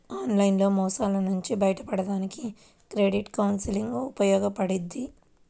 online మోసాల నుంచి బయటపడడానికి క్రెడిట్ కౌన్సిలింగ్ ఉపయోగపడుద్ది